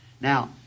Now